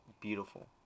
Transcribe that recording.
beautiful